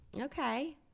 Okay